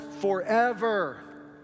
forever